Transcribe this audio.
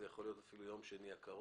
זה יכול להיות אפילו ביום שני הקרוב,